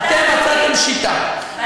אתם מצאתם שיטה,